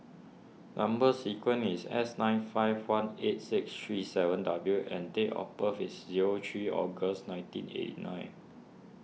Number Sequence is S nine five one eight six three seven W and date of birth is zero three August nineteen eighty nine